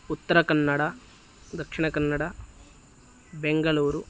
Uttara Kannada Dakshina Kannada Bengaluru